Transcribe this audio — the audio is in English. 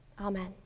Amen